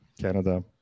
canada